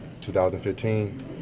2015